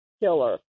killer